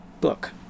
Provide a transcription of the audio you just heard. book